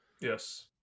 Yes